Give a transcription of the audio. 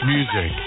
Music